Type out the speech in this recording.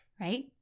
right